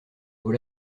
vaut